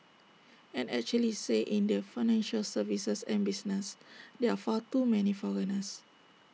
and actually say in the financial services and business there are far too many foreigners